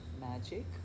magic